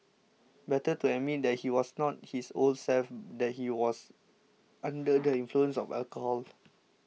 better to admit that he was not his old self that he was under the influence of alcohol